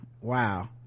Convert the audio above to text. wow